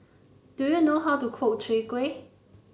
do you know how to cook Chwee Kueh